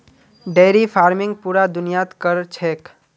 dairy farming पूरा दुनियात क र छेक